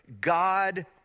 God